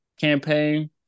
campaign